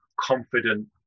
confident